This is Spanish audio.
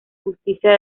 justicia